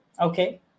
Okay